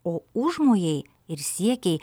o užmojai ir siekiai